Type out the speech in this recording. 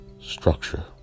structure